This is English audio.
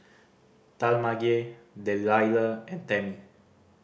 Talmage Dellia and Tami